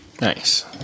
nice